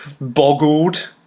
boggled